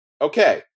okay